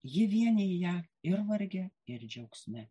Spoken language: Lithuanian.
ji vienija ją ir varge ir džiaugsme